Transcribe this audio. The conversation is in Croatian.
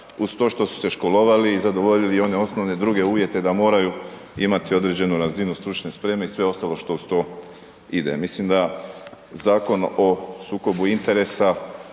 uz to što su se školovali i zadovoljili i one osnovne druge uvjete da moraju imati određenu razinu stručne spreme i sve ostalo što uz to ide. Mislim da Zakon o sukobu interesa